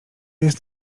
jest